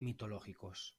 mitológicos